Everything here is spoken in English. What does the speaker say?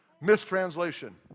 Mistranslation